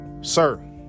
Sir